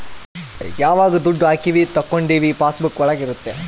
ಯಾವಾಗ ದುಡ್ಡು ಹಾಕೀವಿ ತಕ್ಕೊಂಡಿವಿ ಪಾಸ್ ಬುಕ್ ಒಳಗ ಇರುತ್ತೆ